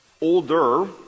older